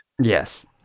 Yes